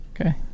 Okay